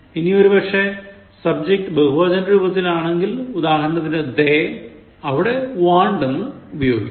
ഇനി ഒരുപക്ഷേ subjct ബഹുവചനത്തിൽ ആണെങ്കിൽ ഉദാഹരണത്തിന് they ഇവിടെ want എന്ൻ ഉപയോഗിക്കും